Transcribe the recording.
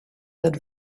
that